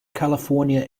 california